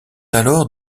alors